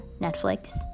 Netflix